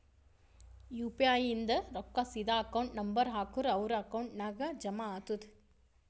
you P I ಇಂದ್ ರೊಕ್ಕಾ ಸೀದಾ ಅಕೌಂಟ್ ನಂಬರ್ ಹಾಕೂರ್ ಅವ್ರ ಅಕೌಂಟ್ ನಾಗ್ ಜಮಾ ಆತುದ್